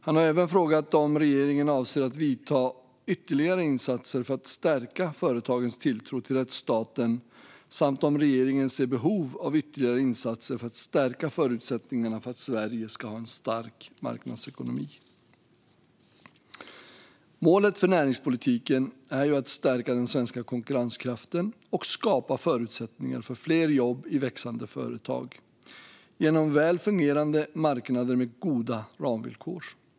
Han har även frågat om regeringen avser att göra ytterligare insatser för att stärka företagens tilltro till rättsstaten samt om regeringen ser behov av ytterligare insatser för att stärka förutsättningarna för att Sverige ska ha en stark marknadsekonomi. Målet för näringspolitiken är att stärka den svenska konkurrenskraften och skapa förutsättningar för fler jobb i växande företag genom väl fungerande marknader med goda ramvillkor.